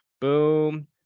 Boom